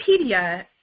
Wikipedia